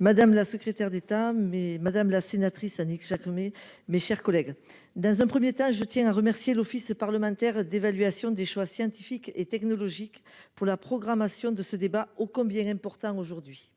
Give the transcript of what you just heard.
madame la secrétaire d'État mais madame la sénatrice Annick chaque mes, mes chers collègues. Dans un premier temps, je tiens à remercier l'Office parlementaire d'évaluation des choix scientifiques et technologiques pour la programmation de ce débat, oh combien important aujourd'hui.